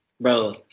bro